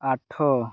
ଆଠ